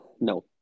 No